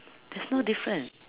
there's no different